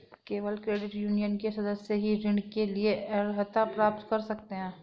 केवल credit union के सदस्य ही ऋण के लिए अर्हता प्राप्त कर सकते हैं